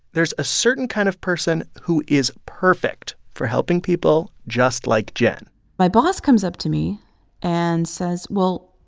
there's a certain kind of person who is perfect for helping people just like jen my boss comes up to me and says, well,